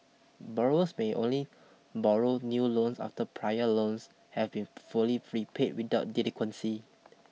borrowers may only borrow new loans after prior loans have been fully repaid without delinquency